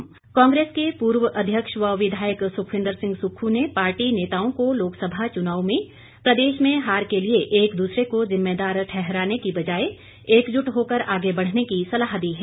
सुक्ख कांग्रेस के पूर्व अध्यक्ष व विधायक सुखविन्द्र सिंह सुक्खू ने पार्टी नेताओं को लोकसभा चुनाव में प्रदेश में हार के लिए एक दूसरे को जिम्मेदार ठहराने की बजाय एकजुट होकर आगे बढ़ने की सलाह दी है